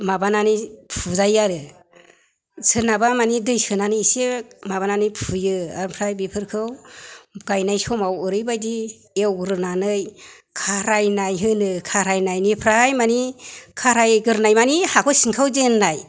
माबानानै फुजायो आरो सोरनाबा माने दै सोनानै इसे माबानानै फुयो ओमफ्राय बेफोरखौ गायनाय समाव ओरैबायदि एवग्रोनानै खारायनाय होनो खारायनायनिफ्राय माने खारायग्रोनाय माने हाखौ सिंखावजेननाय